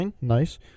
nice